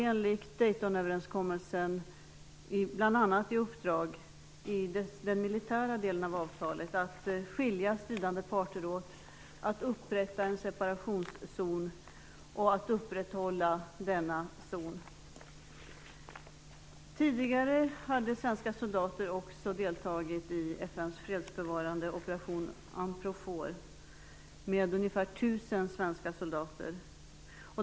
Enligt Daytonöverenskommelsen hade man i den militära delen bl.a. i uppdrag att skilja stridande parter åt, att upprätta en separationszon och att upprätthålla denna zon. Tidigare hade svenska soldater också deltagit i 1 000 svenska soldater.